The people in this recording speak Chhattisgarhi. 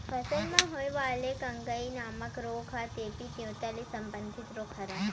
फसल म होय वाले गंगई नामक रोग ह देबी देवता ले संबंधित रोग हरय